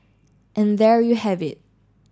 and there you have it